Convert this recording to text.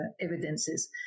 evidences